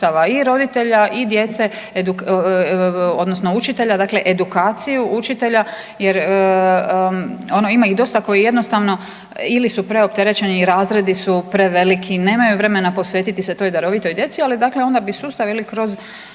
i roditelja i djece, odnosno učitelja. Dakle, edukaciju učitelja jer ono ima ih dosta koji jednostavno ili su preopterećeni, razredi su preveliki, nemaju vremena posvetiti se toj darovitoj djeci. Ali dakle onda bi sustav ili kroz